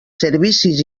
servicis